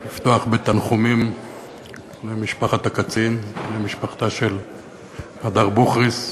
תרשה לי לפתוח בתנחומים למשפחת הקצין ולמשפחתה של הדר בוכריס,